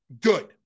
good